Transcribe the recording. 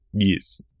Yes